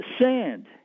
sand